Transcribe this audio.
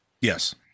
Yes